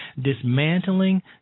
dismantling